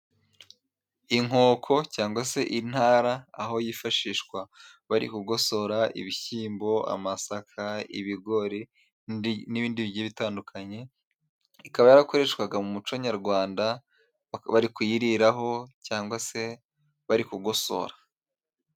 Inkoko cyangwa se intara， aho yifashishwa bari kugosora ibishyimbo， amasaka， ibigori n'ibindi bitandukanye， ikaba yarakoreshwaga mu muco nyarwanda bari kuyiriraho cyangwa se bari kugosora.